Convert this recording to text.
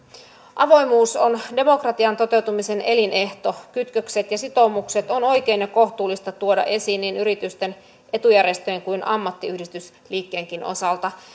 avoimuus on demokratian toteutumisen elinehto kytkökset ja sitoumukset on oikein ja kohtuullista tuoda esiin niin yritysten etujärjestöjen kuin ammattiyhdistysliikkeenkin osalta